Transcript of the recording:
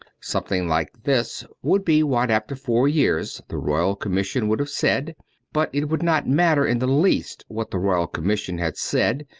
something like this would be what, after four years, the royal commission would have said but it would not matter in the least what the royal commission had said,